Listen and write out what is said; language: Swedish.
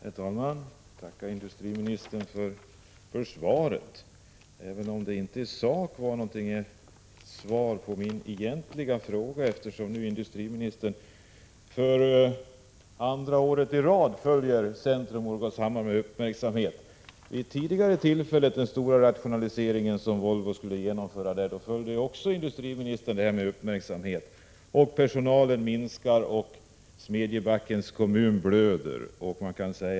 Herr talman! Jag tackar industriministern för svaret. Jag har dock inte fått något svar på min egentliga fråga. Industriministern säger nämligen för andra året i rad att han följer frågan om Centro Morgårdshammar med uppmärksamhet. Också vid det tidigare tillfälle Volvo genomförde stora rationaliseringar sade industriministern att han följde frågan med uppmärksamhet. Under tiden minskar personalen, och Smedjebackens kommun blöder.